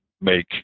make